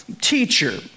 teacher